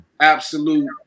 absolute